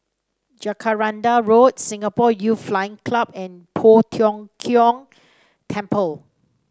Jacaranda Road Singapore Youth Flying Club and Poh Tiong Kiong Temple